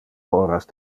horas